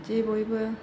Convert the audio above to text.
बिदि बयबो